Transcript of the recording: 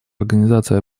организации